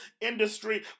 industry